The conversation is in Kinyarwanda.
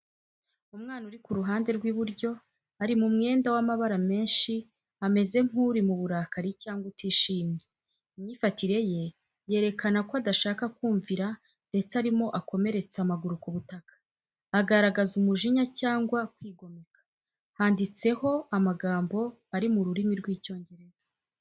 Umwana uri ku ruhande rw'iburyo ari mu mwenda w'amabara menshi ameze nk’uri mu burakari cyangwa utishimye. Imyifatire ye yerekana ko adashaka kumvira ndetse arimo akomeretsa amaguru ku butaka, agaragaza umujinya cyangwa kwigomeka. Handitseho amagambo ari mu rurimi rw'icyongereza.